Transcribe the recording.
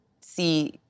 see